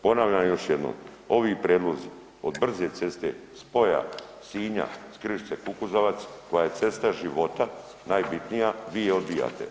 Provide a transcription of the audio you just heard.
Ponavljam još jednom, ovi prijedlozi od brze ceste, spoja Sinja s Križice – Kukuzovac koja je cesta života najbitnija, vi je odbijate.